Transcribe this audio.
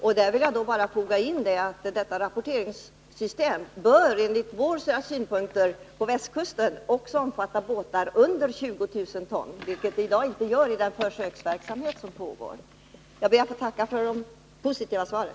Jag vill bara tillfoga att systemet enligt oss på västkusten bör omfatta också båtar under 20 000 ton, vilket i dag inte är fallet i den försöksverksamhet som pågår. Jag ber att få tacka för svaren.